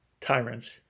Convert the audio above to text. tyrants